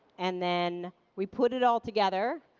and then, we put it all together.